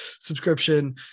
subscription